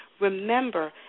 remember